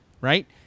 right